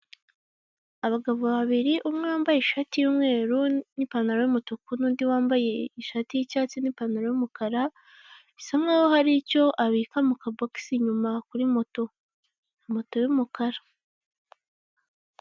Abagabo babiri umwe wambaye ishati y'umweru n'ipantalo y'umutuku n'undi wambaye ishati y'icyatsi n'ipantalo y'umukara, bisa nkaho hari icyo abika mu kabogisi inyuma kuri moto moto y'umukara.